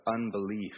unbelief